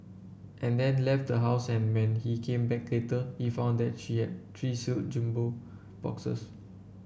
and then left the house and when he came back later he found that she had three sealed jumbo boxes